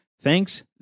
Thanks